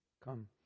come